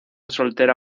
soltera